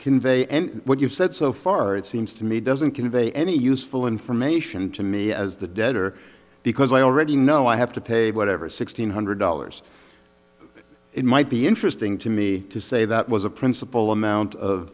convey and what you've said so far it seems to me doesn't convey any useful information to me as the debtor because i already know i have to pay whatever six hundred dollars it might be interesting to me to say that was a principal amount of